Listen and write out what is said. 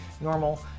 normal